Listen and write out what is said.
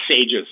sages